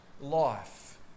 life